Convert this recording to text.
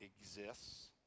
exists